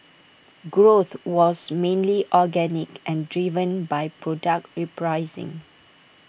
growth was mainly organic and driven by product repricing